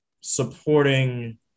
supporting